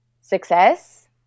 success